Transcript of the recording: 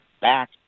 back